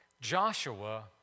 Joshua